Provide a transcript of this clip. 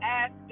ask